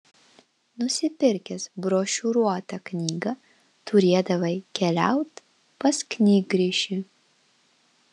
nusipirkęs brošiūruotą knygą turėdavai keliaut pas knygrišį